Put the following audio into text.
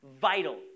vital